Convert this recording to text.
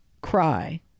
cry